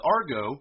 Argo